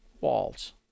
walls